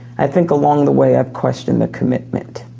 i think along the way, i've question the commitment.